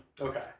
Okay